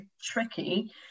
tricky